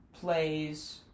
plays